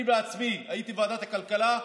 אני בעצמי הייתי בוועדת הכלכלה ודאגנו,